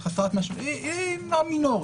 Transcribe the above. מינורית.